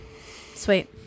Sweet